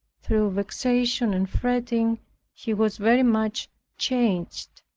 through vexation and fretting he was very much changed.